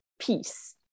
peace